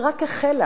שבאמת רק החלה,